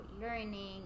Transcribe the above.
learning